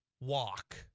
walk